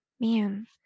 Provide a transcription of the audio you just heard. man